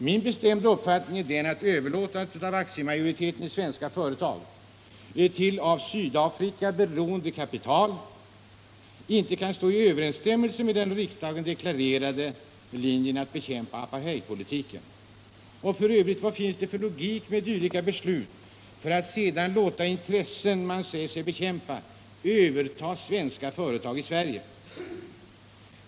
Min bestämda uppfattning är den att överlåtandet av aktiemajoriteten i svenska företag till av Sydafrika beroende kapital inte kan stå i överensstämmelse med den av riksdagen deklarerade linjen att bekämpa apartheidpolitiken. F. ö.: Vad är det för logik i dylika beslut om man sedan låter de intressen man säger sig bekämpa överta svenska företag i Sverige?